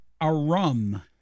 Arum